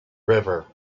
river